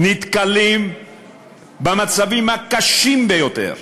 נתקלים במצבים הקשים ביותר: